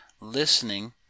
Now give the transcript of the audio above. listening